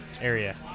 area